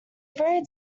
very